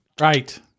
Right